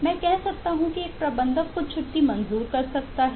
मैं कह सकता हूं कि एक प्रबंधक कुछ छुट्टी मंजूर कर सकता है